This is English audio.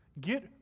Get